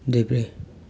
देब्रे